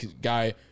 guy